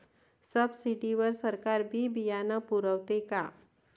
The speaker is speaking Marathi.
सब्सिडी वर सरकार बी बियानं पुरवते का?